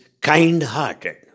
kind-hearted